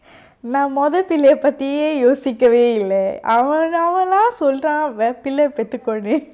நா மொத பிள்ளய பத்தி யோசிக்கவே இல்ல அவனாவளா சொல்ரா வேற பிள்ள பெத்துகொன்னு:na motha pillaya pathi yosikave illa avanavala solra vera pilla pethukonnu